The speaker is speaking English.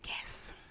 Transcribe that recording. Yes